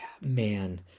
man